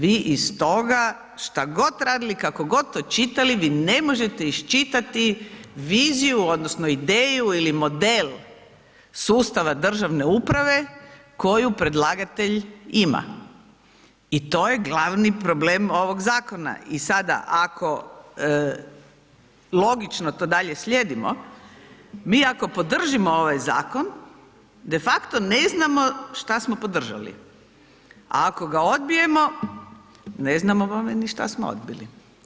Vi iz toga šta god radili, kako god to čitali, vi ne možete isčitati viziju odnosno ideju ili model sustava državne uprave koju predlagatelj ima i to je glavni problem ovog zakona i sada ako logično to dalje slijedimo, mi ako podržimo ovaj zakon defakto ne znamo šta smo podržali, a ako ga odbijemo, ne znamo bome ni šta smo odbili.